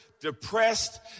depressed